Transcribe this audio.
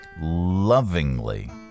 lovingly